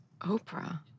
Oprah